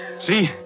See